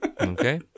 Okay